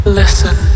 listen